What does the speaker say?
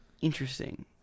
interesting